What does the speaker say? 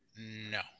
No